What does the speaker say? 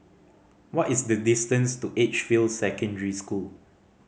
what is the distance to Edgefield Secondary School